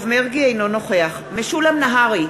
אינו נוכח משולם נהרי,